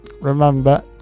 Remember